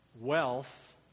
wealth